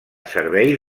serveis